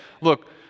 look